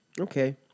Okay